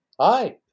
Hi